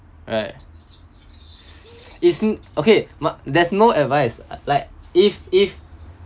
right is okay but there's no advice like if if